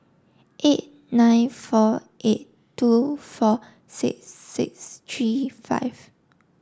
eight nine four eight two four six six three five